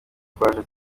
twaje